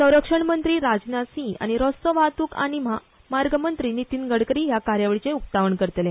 संरक्षण मंत्री राजनाथ सिंह आनी रस्तो येरादारी आनी म्हामार्ग मंत्री नितीन गडकरी ह्या कार्यावळीचें उक्तावण करतले